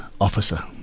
officer